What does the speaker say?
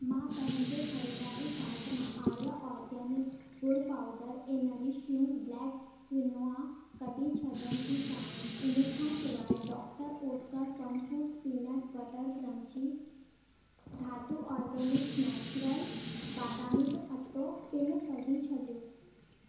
मां पंहिंजे ख़रीदारी काट मां आर्या आर्गेनिक ॻुड़ पाउडर ऐं नरिश यू ब्लैक क्विनोआ कढी छॾण थी चाहियां इन खां सिवाइ Doctor Oetker Fun Foods peanut butter crunchy Dhatu organics and naturals बादामी जो अटो पिणु कढी छॾियो